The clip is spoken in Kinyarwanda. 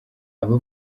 aba